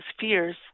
fears